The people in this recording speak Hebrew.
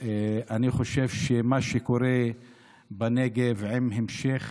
אני חושב שמה שקורה בנגב, עם המשך